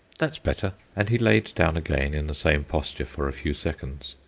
that's better and he lay down again in the same posture for a few seconds.